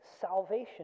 salvation